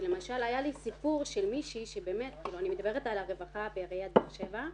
אני מדברת על הרווחה בעיריית באר שבע,